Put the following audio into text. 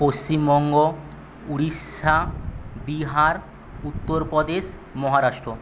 Paschimbanga Orissa Bihar Uttar Pradesh Maharashtra